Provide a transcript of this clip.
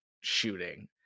shooting